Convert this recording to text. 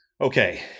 Okay